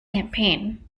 campaign